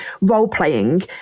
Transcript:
role-playing